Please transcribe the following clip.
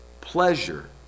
pleasure